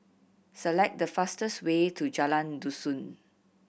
select the fastest way to Jalan Dusun